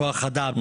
כוח אדם,